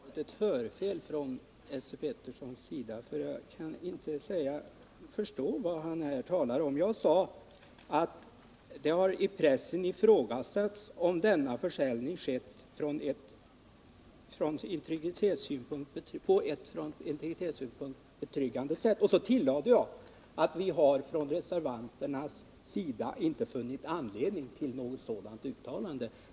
Herr talman! Det måste här ha varit något hörfel. ög kan inte förstå vad Esse Pétersson talar om. Jag sade att det i pressen har ifrågasatts om denna försäljning skett på ett från integritetssynpunkt betryggande sätt, och så tillade jag att reservanterna inte funnit anledning till något sådant uttalande.